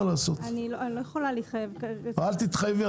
אני לא יכולה להתחייב כרגע -- אל תתחייבי,